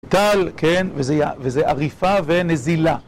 טל, כן, וזה עריפה ונזילה.